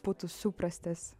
būtų suprastas